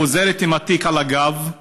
חוזרת עם התיק על הגב.